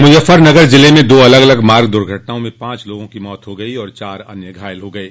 मुजफ्फरनगर जिले में दा अलग अलग मार्ग दुर्घटनाओं में पांच लोगों की मौत हो गई और चार अन्य घायल हो गये